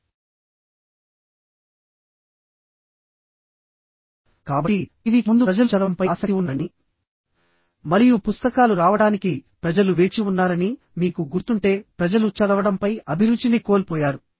కాబట్టి ఏమి జరిగిందంటేటీవీకి ముందు ప్రజలు చదవడంపై చాలా ఆసక్తి కలిగి ఉన్నారని మరియు పుస్తకాలు రావడానికి ప్రజలు వేచి ఉన్నారని మీకు గుర్తుంటే ప్రజలు చదవడంపై అభిరుచిని కోల్పోయారు